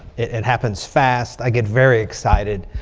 it happens fast. i get very excited.